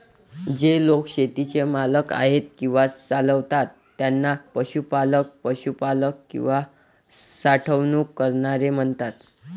जे लोक शेतीचे मालक आहेत किंवा चालवतात त्यांना पशुपालक, पशुपालक किंवा साठवणूक करणारे म्हणतात